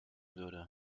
würde